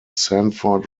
sanford